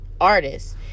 artists